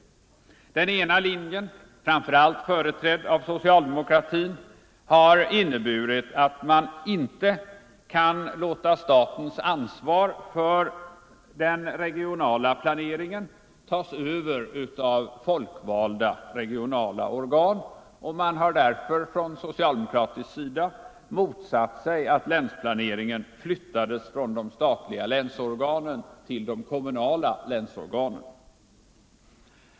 Den ena linjen, framför allt företrädd av social — Allmänpolitisk demokratin, har inneburit att man inte kan låta statens ansvar för den debatt regionala planeringen tas över av regionala, folkvalda organ. Man har därför från socialdemokratiskt håll motsatt sig att länsplaneringen flyttas från de statliga länsorganen till de kommunala länsorganen.